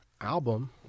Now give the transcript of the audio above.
album